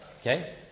Okay